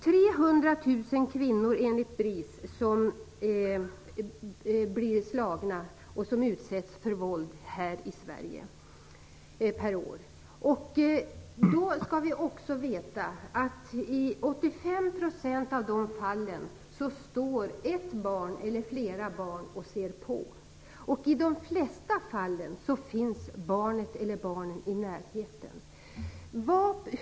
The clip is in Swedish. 300 000 kvinnor per år blir enligt BRIS slagna och utsatta för våld här i Sverige. Då skall vi också veta att i 85 % av de fallen står ett eller flera barn och ser på. I de flesta fallen finns barnet eller barnen i närheten.